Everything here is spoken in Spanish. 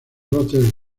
brotes